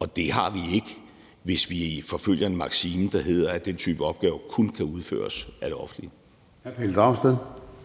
og det har vi ikke, hvis vi forfølger en maksime, der går ud på, at den type opgaver kun kan udføres af det offentlige.